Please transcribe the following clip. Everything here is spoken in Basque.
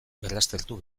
berraztertu